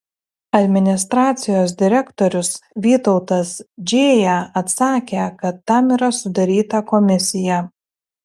administracijos direktorius vytautas džėja atsakė kad tam yra sudaryta komisija